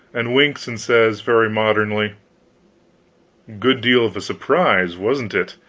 and winks, and says, very modernly good deal of a surprise, wasn't it?